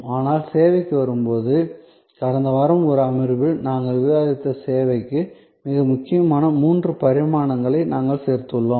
ஆனால் சேவைக்கு வரும்போது கடந்த வாரம் ஒரு அமர்வில் நாங்கள் விவாதித்த சேவைக்கு மிக முக்கியமான மூன்று பரிமாணங்களை நாங்கள் சேர்த்துள்ளோம்